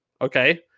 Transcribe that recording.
okay